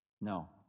No